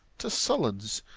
to sullens,